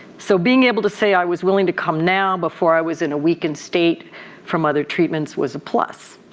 so being able to say i was willing to come now before i was in a weakened state from other treatments was a plus.